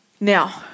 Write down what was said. Now